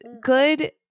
good